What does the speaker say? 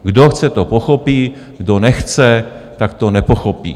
Kdo chce, to pochopí, kdo nechce, tak to nepochopí.